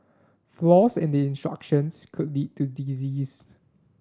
flaws in the instructions could lead to disease